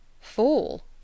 Fall